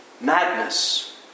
madness